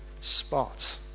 spot